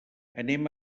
anem